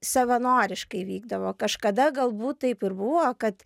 savanoriškai vykdavo kažkada galbūt taip ir buvo kad